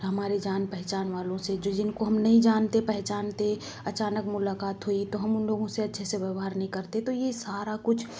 हमारे जान पेहचान वालों से जो जिन को हम नहीं जानते पेहचानते अचानक मुलाक़ात हुई तो हम उन लोगों से अच्छे से व्यवहार नहीं करते तो ये सारा कुछ